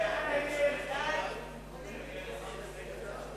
ההצעה להסיר מסדר-היום את הצעת חוק העונשין (תיקון,